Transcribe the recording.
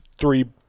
three